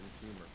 humor